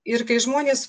ir kai žmonės